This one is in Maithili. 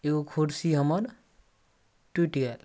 एगो कुरसी हमर टुटि गेल